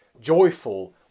joyful